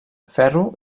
ferro